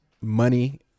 money